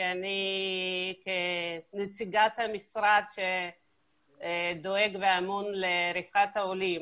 אני כנציגת המשרד שדואג המון לרווחת העולים